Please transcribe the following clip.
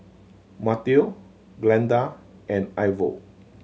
Mateo Glinda and Ivor